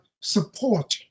support